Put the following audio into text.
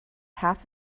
half